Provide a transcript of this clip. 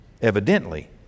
Evidently